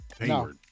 no